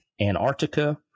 Antarctica